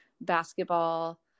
basketball